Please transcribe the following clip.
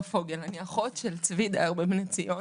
נועה פוגל, אני אחות של דייר בבני ציון,